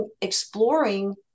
exploring